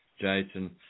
Jason